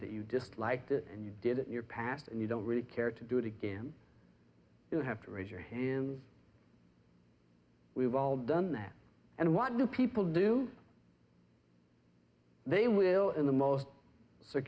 that you dislike this and you did it in your past and you don't really care to do it again you have to raise your hands we've all done that and what do people do they will in the most